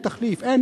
אין תחליף / אין,